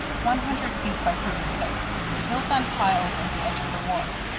one hundred feet by thirty-six, built on piles at the edge of the wharf.